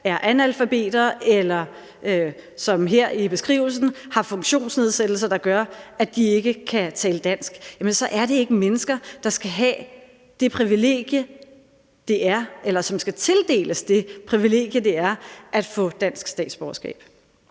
er analfabeter eller som her i beskrivelsen har funktionsnedsættelser, der gør, at de ikke kan tale dansk, jamen så er det ikke mennesker, der skal tildeles det privilegium, det er at få dansk statsborgerskab.